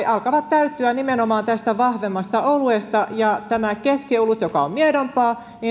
alkavat täyttyä nimenomaan tästä vahvemmasta oluesta ja keskiolut joka on miedompaa